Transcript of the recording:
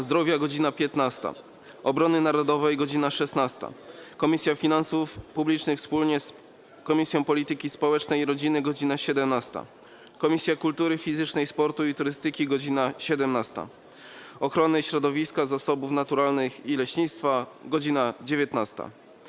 Zdrowia - godz. 15, - Obrony Narodowej - godz. 16, - Finansów Publicznych wspólnie z Komisją Polityki Społecznej i Rodziny - godz. 17, - Kultury Fizycznej, Sportu i Turystyki - godz. 17, - Ochrony Środowiska, Zasobów Naturalnych i Leśnictwa - godz. 19.